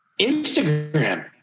Instagram